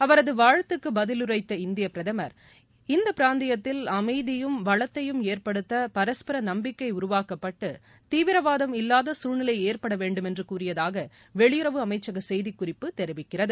அவரது வாழ்த்துக்கு பதிலுரைத்த இந்திய பிரதமர் இந்த பிராந்தியத்தில் அமைதியையிம் வளத்தையும் ஏற்படுத்த பரஸ்பர நம்பிக்கை உருவாக்கப்பட்டு தீவிரவாதம் இல்லாத சசூழ்நிலை ஏற்பட வேண்டும் என்று கூறியதாக வெளியுறவு அமைச்சக செய்திகுறிப்பு தெரிவிக்கிறது